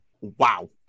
Wow